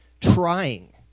trying